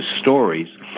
stories